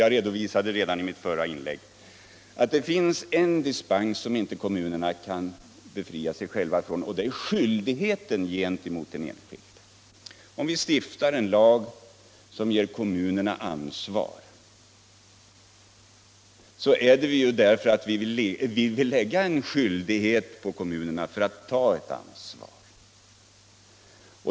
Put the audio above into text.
Jag redo visade redan i mitt förra inlägg att det finns någonting som inte kommunerna kan befria sig själva ifrån, och det är skyldigheten gentemot den enskilde. Om vi stiftar en lag som ger kommunerna ansvar är det ju därför att vi vill ålägga kommunerna detta ansvar.